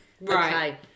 right